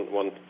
one